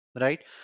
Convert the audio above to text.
right